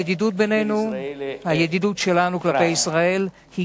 ידידותנו כלפי ישראל היא